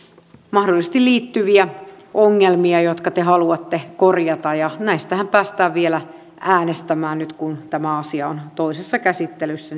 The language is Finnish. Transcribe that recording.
mahdollisesti ilmeneviä ongelmia jotka te haluatte korjata näistähän päästään vielä äänestämään sitten salissa nyt kun tämä asia on toisessa käsittelyssä